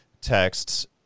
texts